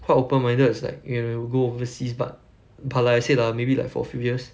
quite open-minded it's like you know I will go overseas but but like I said lah maybe like for a few years